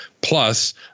Plus